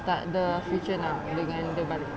takde future dengan dia balik